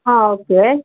okay